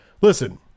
Listen